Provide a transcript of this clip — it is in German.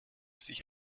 sich